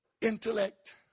intellect